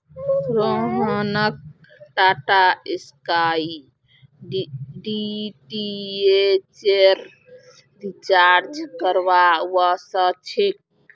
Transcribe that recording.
रोहनक टाटास्काई डीटीएचेर रिचार्ज करवा व स छेक